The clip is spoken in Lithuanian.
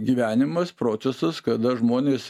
gyvenimas procesas kada žmonės